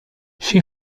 she